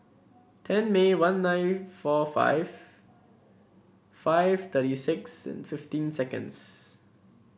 ten May one nine four five five thirty six fifteen seconds